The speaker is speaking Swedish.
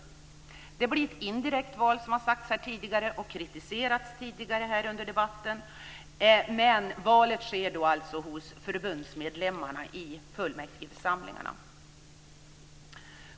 Det blir ett indirekt val, som tidigare har sagts och kritiserats här under debatten, men valet sker av förbundsmedlemmarna i fullmäktigeförsamlingarna.